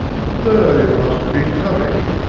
but there, you must have been coming.